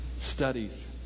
Studies